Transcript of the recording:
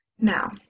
Now